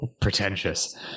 pretentious